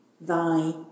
thy